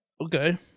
Okay